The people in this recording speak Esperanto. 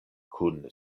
kun